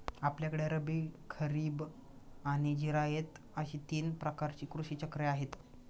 आपल्याकडे रब्बी, खरीब आणि जिरायत अशी तीन प्रकारची कृषी चक्रे आहेत